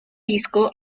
disco